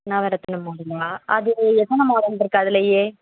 நவரத்தன மாடல்ங்களா அது எத்தனை மாடல் இருக்குது அதிலையே